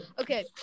Okay